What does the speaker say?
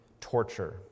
torture